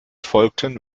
folgten